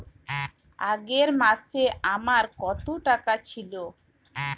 আগের মাসে আমার কত টাকা ছিল?